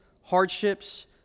hardships